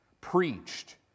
preached